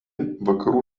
vakarų